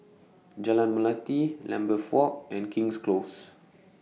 Jalan Melati Lambeth Walk and King's Close